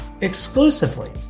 exclusively